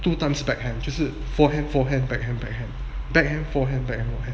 two times backhand 就是 forehand forehand backhand backhand backhand forehand backhand forehand